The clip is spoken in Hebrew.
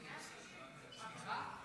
קריאה שלישית --- למה?